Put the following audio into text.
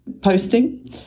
posting